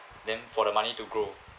then for the money to grow